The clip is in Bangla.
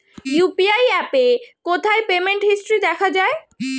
ইউ.পি.আই অ্যাপে কোথায় পেমেন্ট হিস্টরি দেখা যায়?